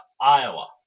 Iowa